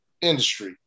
industry